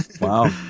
wow